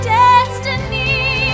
destiny